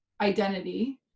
identity